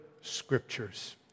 Scriptures